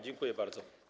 Dziękuję bardzo.